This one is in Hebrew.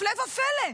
הפלא ופלא,